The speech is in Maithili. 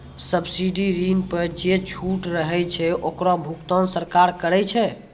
सब्सिडी ऋण पर जे छूट रहै छै ओकरो भुगतान सरकार करै छै